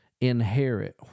inherit